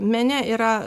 mene yra